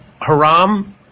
Haram